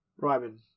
Ryman